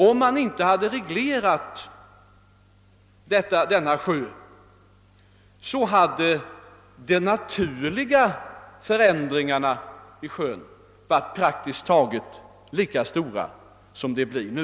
Om sjön inte reglerats alls hade de naturliga förändringarna varit praktiskt taget lika stora som de blir nu.